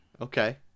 Okay